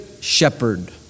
shepherd